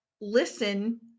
listen